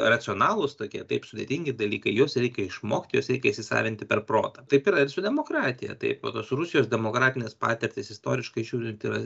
racionalūs tokie taip sudėtingi dalykai juos reikia išmokt juos reikia įsisavinti per protą taip ir su demokratija taip va tos rusijos demokratinės patirtys istoriškai žiūrint yra